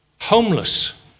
homeless